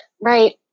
Right